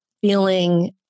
feeling